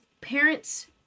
parents